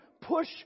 push